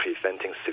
preventing